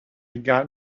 got